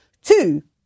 Two